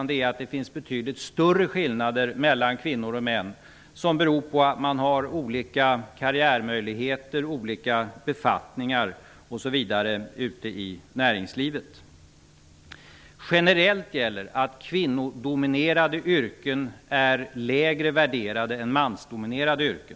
Det finns betydligt större skillnader mellan kvinnor och män, som beror på att man har olika karriärmöjligheter, olika befattningar osv. ute i näringslivet. Generellt gäller att kvinnodominerade yrken är lägre värderade än mansdominerade yrken.